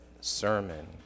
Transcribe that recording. sermon